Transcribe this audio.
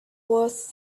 worth